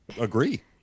agree